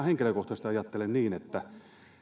henkilökohtaisesti ajattelen niin että